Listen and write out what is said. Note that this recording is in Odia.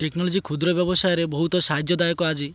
ଟେକ୍ନୋଲୋଜି କ୍ଷୁଦ୍ର ବ୍ୟବସାୟ ବହୁତ ସାହାଯ୍ୟଦାୟକ ଆଜି